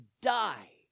die